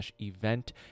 event